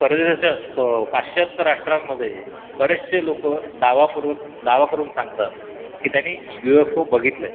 परदेशाच्या प पाश्चात्य राष्ट्रांमध्ये बरेचशे लोक दावापूर्वक स् दावा करून सांगतात की त्यांनी यु एफ ओ बघितलं आहे